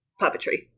puppetry